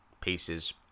pieces